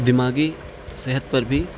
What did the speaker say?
دماغی صحت پر بھی